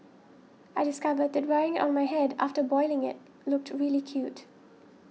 I discovered that wearing it on my head after boiling it looked really cute